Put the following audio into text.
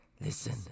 Listen